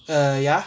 err ya